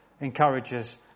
encourages